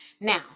now